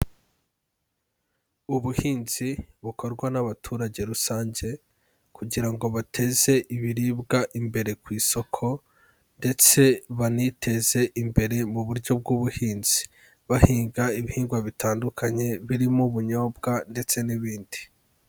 Ubuhinzi bukorwa n'abaturage rusange kugira ngo bateze ibiribwa imbere ku isoko, ndetse baniteze imbere mu buryo bw'ubuhinzi, bahinga ibihingwa bitandukanye birimo ubunyobwa ndetse n'ibindi.